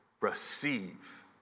receive